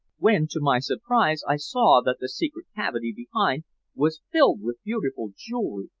when to my surprise i saw that the secret cavity behind was filled with beautiful jewelry,